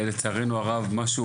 עד שזה לא נהיה לאיזה משהו